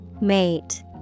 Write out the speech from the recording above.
Mate